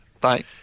Bye